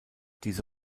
diese